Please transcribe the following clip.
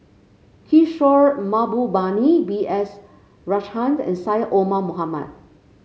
Kishore Mahbubani B S Rajhans and Syed Omar Mohamed